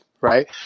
right